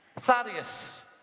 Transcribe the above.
Thaddeus